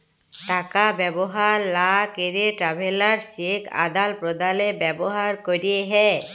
টাকা ব্যবহার লা ক্যেরে ট্রাভেলার্স চেক আদাল প্রদালে ব্যবহার ক্যেরে হ্যয়